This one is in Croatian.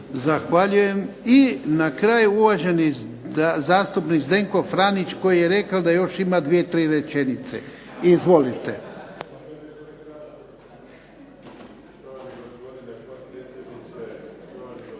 Zahvaljujem. I na kraju uvaženi zastupnik Zdenko Franić koji je rekao da još ima 2, 3 rečenice. Izvolite.